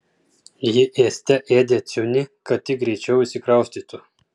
ji ėste ėdė ciunį kad tik greičiau išsikraustytų